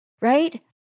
right